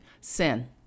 sin